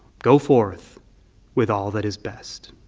go forth with all that is best.